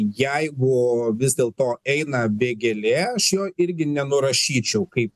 jeigu vis dėlto eina vėgėlė aš jo irgi nenurašyčiau kaip